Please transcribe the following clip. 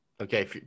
Okay